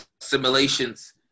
simulations